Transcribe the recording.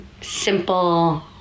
simple